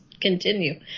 continue